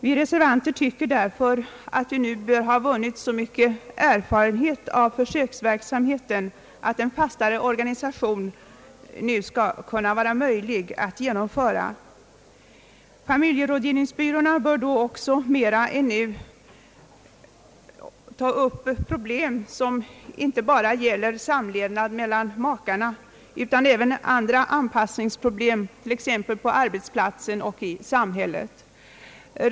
Vi reservanter tycker därför att man nu bör ha vunnit så stor erfarenhet av försöksverksamheten att en fastare organisation skall vara möjlig att genomföra. Familjerådgivningsbyråerna bör då också mera än nu ta upp problem som inte bara gäller samlevnad mellan makar utan även anpassningsproblem, t.ex. på arbetsplatsen och i samhället.